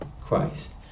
Christ